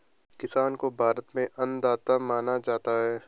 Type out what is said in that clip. किसान को भारत में अन्नदाता माना जाता है